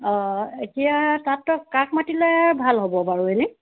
অঁ এতিয়া তাত তই কাক মাতিলে ভাল হ'ব বাৰু এনে